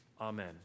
Amen